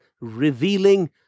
revealing